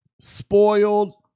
spoiled